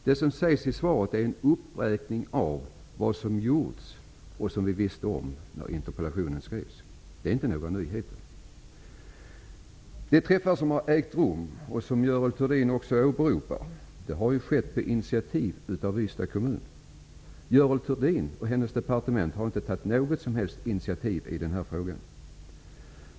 Det svar som lämnas är en uppräkning av vad som gjorts, sådant som vi visste redan när interpellationen skrevs. Det är inte några nyheter. De träffar som ägt rum, och som Görel Thurdin åberopar, har skett på initiativ av Ystads kommun. Görel Thurdin och hennes departement har inte tagit något som helst initiativ i den här frågan.